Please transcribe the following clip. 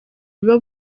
biba